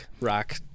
Rock